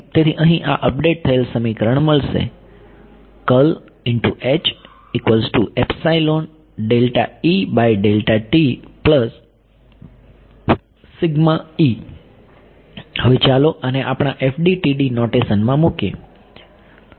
તેથી અહી આ અપડેટ થયેલ સમીકરણ મળશે હવે ચાલો આને આપણા FDTD નોટેશન માં મૂકીએ